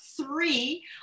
three